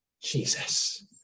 Jesus